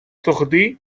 тогди